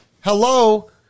hello